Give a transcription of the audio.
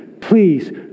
please